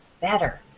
better